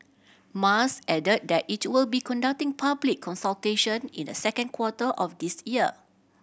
Mas added that it will be conducting public consultation in the second quarter of this year